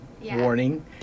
warning